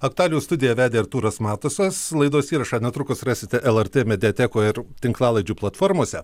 aktualijų studija vedė artūras matusas laidos įrašą netrukus rasite lrt mediatekoje ir tinklalaidžių platformose